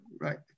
Right